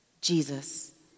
Jesus